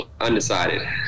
undecided